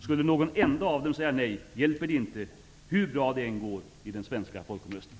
Skulle något enda av dem säga nej hjälper det inte hur bra det än går i den svenska folkomröstningen.